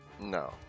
No